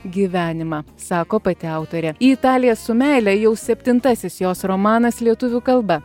gyvenimą sako pati autorė į italiją su meile jau septintasis jos romanas lietuvių kalba